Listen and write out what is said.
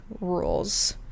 rules